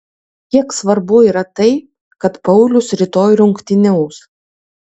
kiek svarbu yra tai kad paulius rytoj rungtyniaus